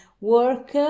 work